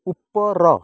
ଉପର